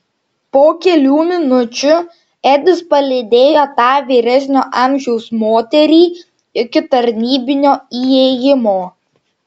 po kelių minučių edis palydėjo tą vyresnio amžiaus moterį iki tarnybinio įėjimo